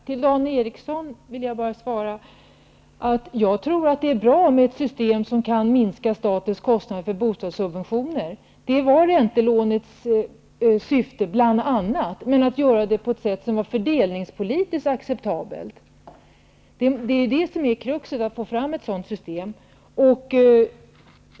Herr talman! Dan Eriksson i Stockholm vill jag bara svara att jag tror att det är bra med ett system som kan minska statens kostnader för bostadssubventioner. Det var bl.a. räntelånets syfte. Men man skulle göra det på ett sådant sätt att det var fördelningspolitiskt acceptabelt. Det som är kruxet är att få fram ett sådant system.